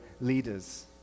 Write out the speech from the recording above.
Leaders